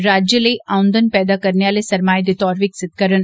राज्य लेई आऊंदन पैदा करने आले सरमाए दे तौर विकसित करन